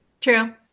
True